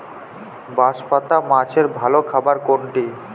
বাঁশপাতা মাছের ভালো খাবার কোনটি?